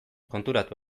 konturatu